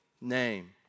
name